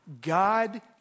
God